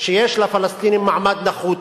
שיש לפלסטינים מעמד נחות,